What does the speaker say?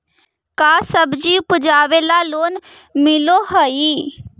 का सब्जी उपजाबेला लोन मिलै हई?